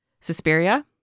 Suspiria